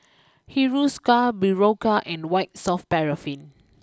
Hiruscar Berocca and White soft Paraffin